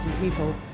people